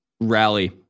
rally